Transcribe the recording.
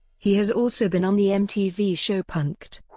he has also been on the mtv show punk'd.